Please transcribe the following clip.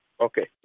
Okay